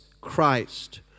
Christ